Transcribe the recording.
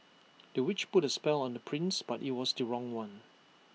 the witch put A spell on the prince but IT was the wrong one